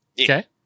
Okay